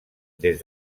des